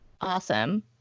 Awesome